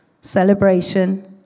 celebration